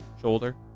Shoulder